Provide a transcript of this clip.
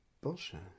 bullshit